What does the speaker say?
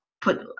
put